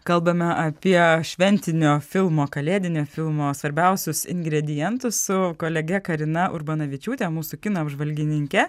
kalbame apie šventinio filmo kalėdinio filmo svarbiausius ingredientus su kolege karina urbanavičiūte mūsų kino apžvalgininke